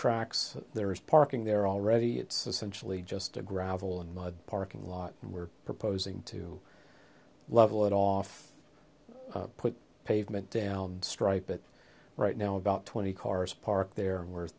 tracks there is parking there already it's essentially just a gravel and mud parking lot and we're proposing to level it off put pavement down and strike but right now about twenty cars parked there and we're